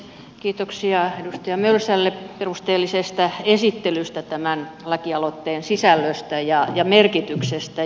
kiitoksia edustaja mölsälle perusteellisesta esittelystä tämän lakialoitteen sisällöstä ja merkityksestä